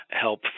help